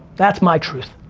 that's my truth.